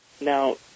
Now